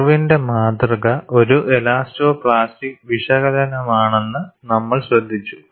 ഇർവിന്റെ മാതൃക ഒരു എലാസ്റ്റോ പ്ലാസ്റ്റിക് വിശകലനമാണെന്ന് നമ്മൾ ശ്രദ്ധിച്ചു